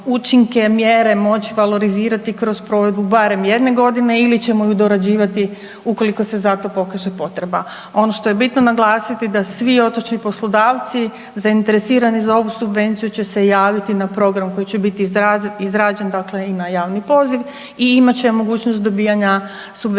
učinke i mjere moć valorizirati kroz provedbu barem jedne godine ili ćemo ju dorađivati ukoliko se za to pokaže potreba. Ono što je bitno naglasiti da svi otočni poslodavci zainteresirani za ovu subvenciju će se javiti na program koji će biti izrađen, dakle ima javni poziv i imat će mogućnost dobijanja subvencije